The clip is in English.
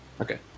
Okay